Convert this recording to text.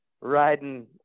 riding